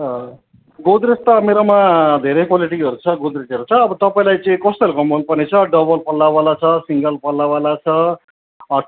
अँ गोदरेज त मेरोमा धेरै क्वालिटीहरू छ गोदरेजहरू छ अब तपाईँलाई चाहिँ कस्तो खालको मनपर्नेछ डबल पल्लावाला छ सिङ्गल पल्लावाला छ